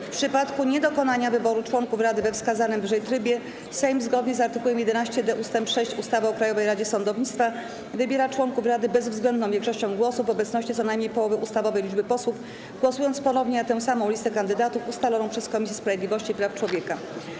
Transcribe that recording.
W przypadku niedokonania wyboru członków rady we wskazanym wyżej trybie, Sejm, zgodnie z art. 11d ust. 6 ustawy o Krajowej Radzie Sądownictwa, wybiera członków Rady bezwzględną większością głosów w obecności co najmniej połowy ustawowej liczby posłów, głosując ponownie na tę samą listę kandydatów ustaloną przez Komisję Sprawiedliwości i Praw Człowieka.